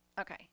Okay